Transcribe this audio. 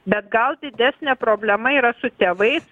bet gal didesnė problema yra su tėvais